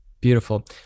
Beautiful